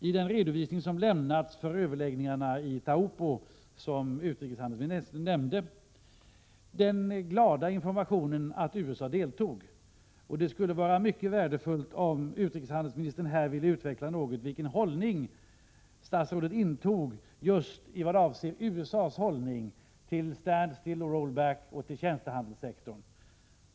I den redovisning som lämnats för överläggningarna i Taupo, som utrikeshandelsministern nämnde, finns den glada informationen att USA deltog. Det skulle vara mycket värdefullt om utrikeshandelsministern här något ville utveckla vilken hållning statsrådet intog just vad avser USA:s inställning till stand still, roll back och till tjänstehandelssektorn.